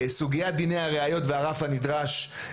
סוגיית דיני הראיות והרף הנדרש,